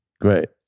great